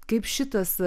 kaip šitas